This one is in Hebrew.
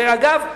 ואגב,